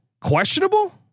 questionable